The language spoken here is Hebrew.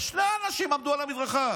שני אנשים שעמדו על מדרכה.